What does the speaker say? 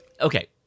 Okay